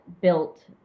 built